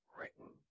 written